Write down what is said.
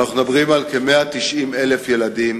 אנחנו מדברים על כ-190,000 ילדים